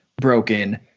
broken